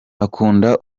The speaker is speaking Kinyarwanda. akunda